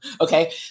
Okay